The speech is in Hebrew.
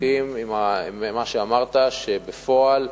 מסכים עם מה שאמרת שבפועל,